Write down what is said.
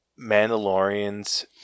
Mandalorian's